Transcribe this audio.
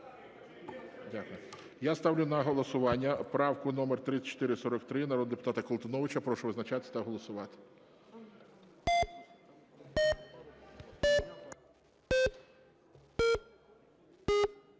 Дякую. Я ставлю на голосування правку номер 3443 народного депутата Колтуновича. Прошу визначатись та голосувати.